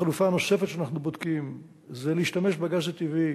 החלופה הנוספת שאנחנו בודקים זה שימוש בגז הטבעי